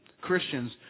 Christians